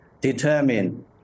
determine